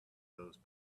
those